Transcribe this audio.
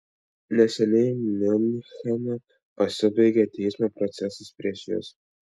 neseniai miunchene pasibaigė teismo procesas prieš jus